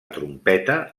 trompeta